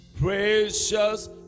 precious